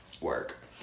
Work